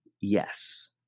yes